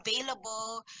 available